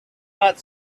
not